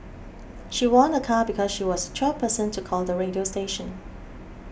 she won a car because she was twelfth person to call the radio station